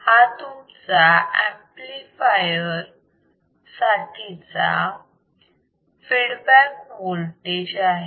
हा तुमचा ऍम्प्लिफायर साठीचा फीडबॅक वोल्टेज आहे